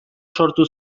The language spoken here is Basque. sortu